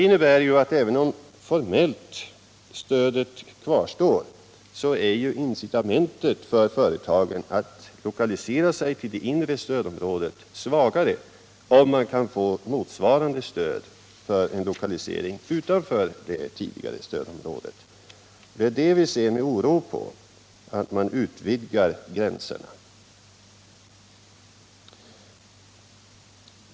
Även om stödet formellt kvarstår, blir incitamentet för företagen att lokalisera sig till det inre stödområdet mindre, om de kan få motsvarande stöd för en lokalisering utanför det tidigare stödområdet. Vi ser därför med oro på att man utvidgar gränserna.